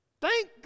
Thank